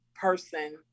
person